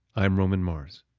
i'm roman mars.